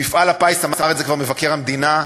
מפעל הפיס, אמר את זה כבר מבקר המדינה,